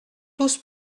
tous